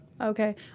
Okay